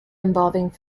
involving